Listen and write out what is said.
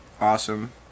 awesome